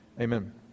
Amen